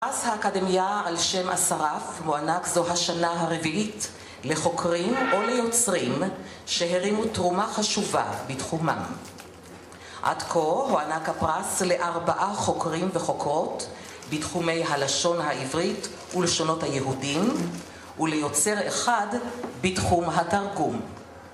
הפרס האקדמיה על שם אסרף מוענק זו השנה הרביעית לחוקרים או ליוצרים שהרימו תרומה חשובה בתחומם. עד כה מוענק הפרס לארבעה חוקרים וחוקרות בתחומי הלשון העברית ולשונות היהודים וליוצר אחד בתחום התרגום.